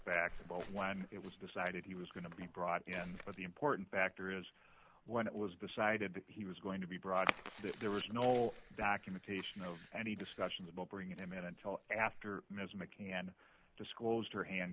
fact when it was decided he was going to be brought in but the important factor is when it was decided that he was going to be brought there was no documentation of any discussions about bringing him in until after ms mccann disclosed her hand